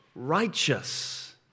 righteous